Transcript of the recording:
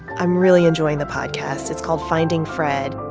i'm really enjoying the podcast. it's called finding fred.